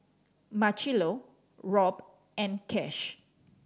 Marchello Robb and Cash